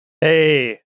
Hey